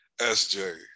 SJ